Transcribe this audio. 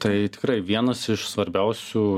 tai tikrai vienas iš svarbiausių